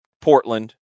Portland